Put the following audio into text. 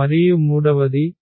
మరియు మూడవది 1 0 0